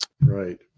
Right